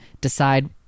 decide